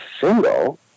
single